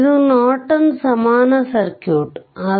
ಇದು ನಾರ್ಟನ್ ಸಮಾನ ಸರ್ಕ್ಯೂಟ್ ಆಗಿದೆ